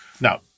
Now